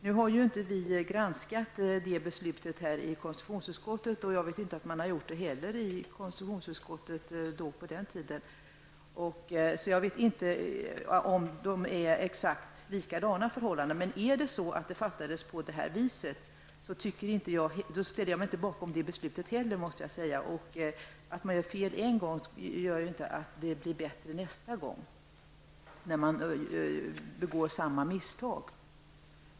Nu har vi inte granskat det beslutet i konstitutionsutskottet. Jag vet inte heller att det gjordes i konstitutionsutskottet på den tiden. Jag vet inte om förhållandena är exakt likadana, men fattades beslutet på samma sätt då, ställer jag mig inte bakom det beslutet heller. Att man gör fel en gång, gör inte att det blir bättre nästa gång man begår samma misstag.